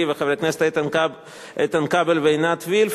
שלי ושל חברי הכנסת איתן כבל ועינת וילף,